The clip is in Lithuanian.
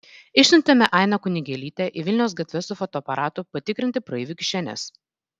išsiuntėme ainą kunigėlytę į vilniaus gatves su fotoaparatu patikrinti praeivių kišenes